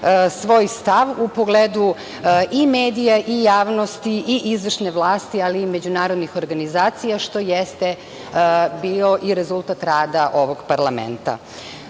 svoj stav u pogledu i medija i javnosti i izvršne vlasti, ali i međunarodnih organizacija, što jeste bio i rezultat rada ovog parlamenta. Složićete